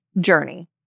journey